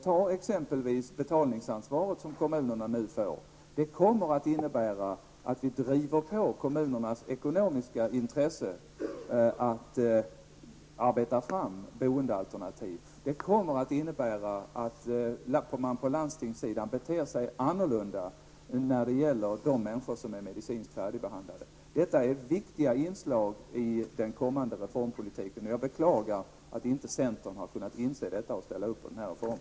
T.ex. det betalningsansvar som kommunerna nu kommer att få! Det kommer att innebära att vi driver på kommunernas ekonomiska intresse att arbeta fram boendealternativ. Det kommer att innebära att man på landstingssidan beter sig annorlunda när det gäller de människor som är medicinskt färdigbehandlade. Detta är viktiga inslag i den kommande reformpolitiken, och jag beklagar att centern inte har kunnat inse det och ställa sig bakom denna reform.